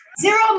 Zero